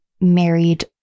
married